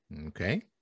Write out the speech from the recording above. Okay